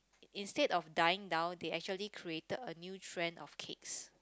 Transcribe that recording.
instead of dying down they actually created a new trend of cakes